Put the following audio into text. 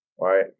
right